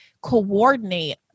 coordinate